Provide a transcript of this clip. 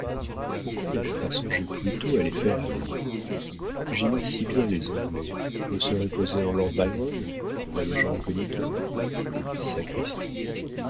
pourquoi n'ai-je pas songé plus tôt à les faire aller j'imite si bien les anglais je me serais posé en lord byron voyageant incognito sacristi